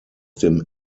dem